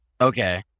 Okay